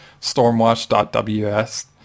stormwatch.ws